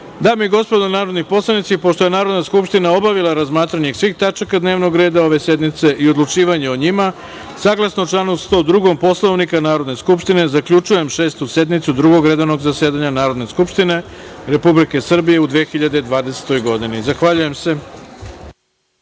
i gospodo, narodni poslanici, pošto je Narodna skupština obavila razmatranje svih tačaka dnevnog reda ove sednice i odlučivanje o njima, saglasno članu 102. Poslovniku Narodne skupštine, zaključujem Šestu sednicu Drugog redovnog zasedanja Narodne skupštine Republike Srbije u 2020. godini. Zahvaljujem se.